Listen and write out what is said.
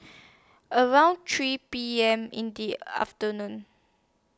about three P M in The afternoon